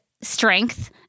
strength